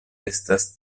estas